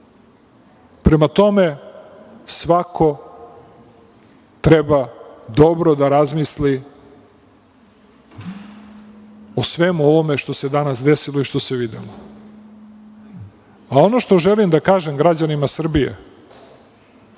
ih. Prema tome, svako treba dobro da razmisli o svemu ovome što se danas desilo i što se videlo. Ono što želim da kažem građanima Srbije,